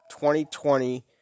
2020